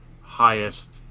highest